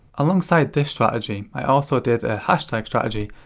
alongside this strategy, i also did a hashtag strategy.